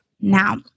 Now